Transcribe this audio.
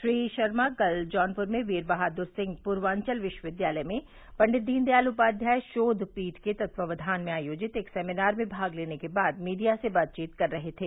श्री शर्मा कल जौनप्र में वीर बहाद्र सिंह पूर्वांचल विश्वविद्यालय में पंडित दीन दयाल उपाध्याय शोध पीठ के तत्वाक्षान में आयोजित एक सेमिनार में भाग लेने के बाद मीडिया से बातचीत कर रहे थे